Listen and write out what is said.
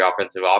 offensive